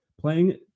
Playing